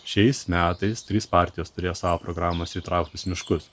šiais metais trys partijos turės savo programose įtrauktus miškus